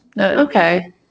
Okay